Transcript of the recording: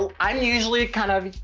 um i'm usually kind of,